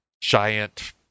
giant